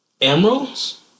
emeralds